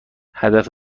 هدف